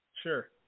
sure